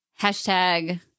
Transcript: Hashtag